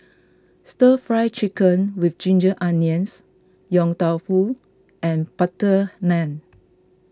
Stir Fry Chicken with Ginger Onions Yong Tau Foo and Butter Naan